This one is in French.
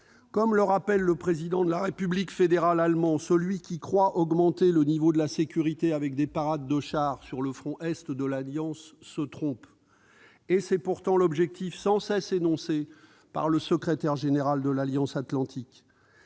Comme le rappelle le Président de la République fédérale d'Allemagne :« Celui qui croit augmenter le niveau de la sécurité avec des parades de chars sur le front est de l'alliance se trompe ». Tel est pourtant l'objectif sans cesse énoncé par le secrétaire général de l'alliance atlantique.